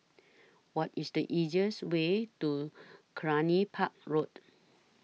What IS The easiest Way to Cluny Park Road